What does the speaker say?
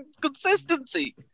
consistency